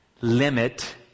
limit